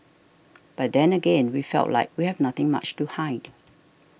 but then again we felt like we have nothing much to hide